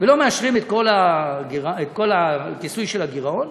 ולא מאשרים את כל הכיסוי של הגירעון,